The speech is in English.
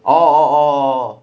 orh orh orh